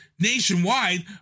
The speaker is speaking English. nationwide